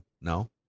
No